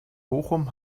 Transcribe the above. bochum